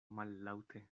mallaŭte